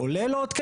עולה לו עוד כסף?